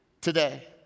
today